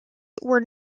were